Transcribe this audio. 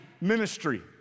ministry